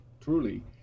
truly